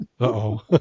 Uh-oh